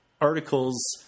articles